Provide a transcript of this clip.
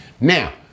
Now